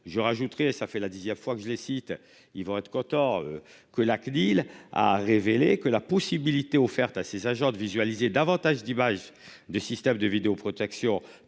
je rajouterai ça fait la 10ème fois que je les cite, ils vont être contents que la CNIL a révélé que la possibilité offerte à ses agents de visualiser davantage d'images de systèmes de vidéoprotection